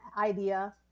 idea